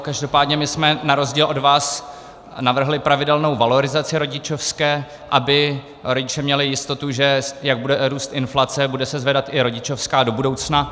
Každopádně my jsme na rozdíl od vás navrhli pravidelnou valorizaci rodičovské, aby rodiče měli jistotu, že jak bude růst inflace, bude se zvedat i rodičovská do budoucna.